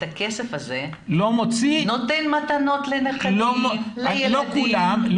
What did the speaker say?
את הכסף הזה נותן מתנות לנכדים ולילדים.